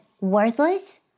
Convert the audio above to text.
worthless